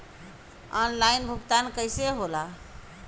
Online भुगतान कईसे होला?